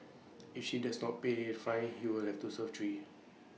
if she does not pay fine he will have to serve three